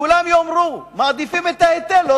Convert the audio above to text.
כולם יאמרו: מעדיפים את ההיטל,